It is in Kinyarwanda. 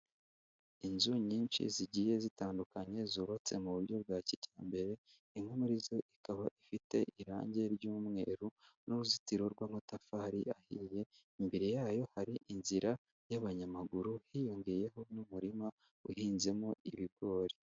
Inzu nyinshi zigiye zitandukanye zubatse mu buryo bwa kijyambere, imwe muri zo ikaba ifite irangi ry'umweru n'uruzitiro rw'amatafari ahiye, imbere yayo hari inzira y'abanyamaguru hiyongeyeho n'umurima uhinzemo ibigori.